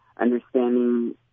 understanding